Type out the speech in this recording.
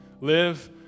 Live